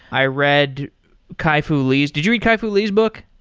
i read kai-fu lee's did you read kai-fu lee's book?